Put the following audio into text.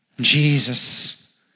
Jesus